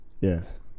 Yes